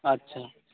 अच्छा